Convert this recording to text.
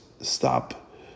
stop